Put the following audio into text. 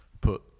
put